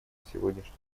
сегодняшних